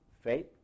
faith